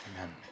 Amen